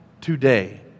today